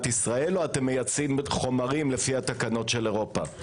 ישראל או חומרים לפי התקנות של אירופה?